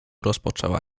rozpoczęła